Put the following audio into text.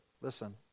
Listen